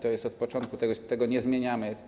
Tak jest od początku i tego nie zmieniamy.